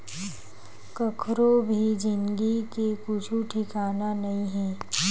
कखरो भी जिनगी के कुछु ठिकाना नइ हे